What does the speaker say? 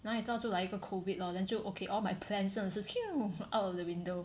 哪里知道就来一个 COVID lor then 就 okay all my plans 真的是 out of the window